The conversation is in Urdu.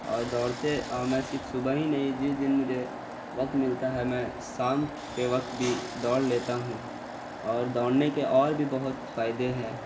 اور دوڑتے میں صرف صبح ہی نہیں جس دن مجھے وقت ملتا ہے میں سام کے وقت بھی دوڑ لیتا ہوں اور دوڑنے کے اور بھی بہت فائدے ہیں